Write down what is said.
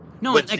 No